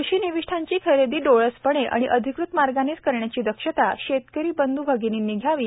कृषि निविष्ठांची खरेदी डोळसपणे व अधिकृत मार्गानेच करण्याची दक्षता शेतकरी शेतकरी बंध् भगीनींनी घ्यावी